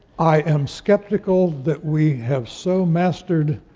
i am skeptical that we have so mastered